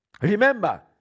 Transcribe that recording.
Remember